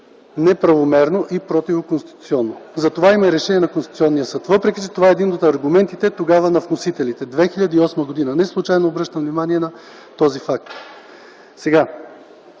неправомерно и противоконституционно! За това има решение на Конституционния съд, въпреки че е един от аргументите на вносителите тогава, през 2008 г. Неслучайно обръщам внимание на този факт.